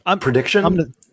Prediction